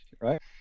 right